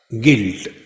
guilt